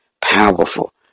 powerful